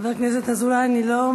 חבר הכנסת פריג',